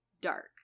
dark